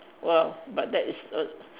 well but that is a